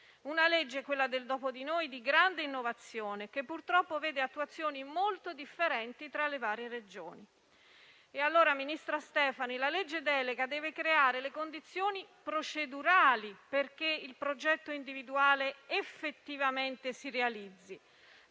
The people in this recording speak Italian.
una legge, quella del dopo di noi, di grande innovazione, che purtroppo vede attuazioni molto differenti tra le varie Regioni. Ministra Stefani, la legge delega deve creare le condizioni procedurali perché il progetto individuale effettivamente si realizzi,